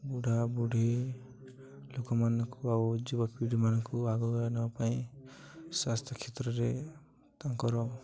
ବୁଢ଼ା ବୁଢ଼ି ଲୋକମାନଙ୍କୁ ଆଉ ଯୁବପିଢ଼ିମାନଙ୍କୁ ଆଗ ଆ ନବା ପାଇଁ ସ୍ୱାସ୍ଥ୍ୟ କ୍ଷେତ୍ରରେ ତାଙ୍କର